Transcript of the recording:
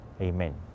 Amen